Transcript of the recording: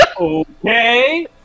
Okay